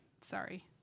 sorry